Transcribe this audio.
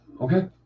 Okay